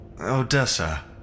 Odessa